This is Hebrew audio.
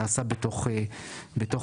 נעשה בתוך ועדת